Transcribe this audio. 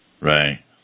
Right